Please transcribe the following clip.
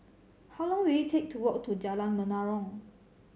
how long will it take to walk to Jalan Menarong